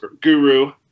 Guru